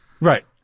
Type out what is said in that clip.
Right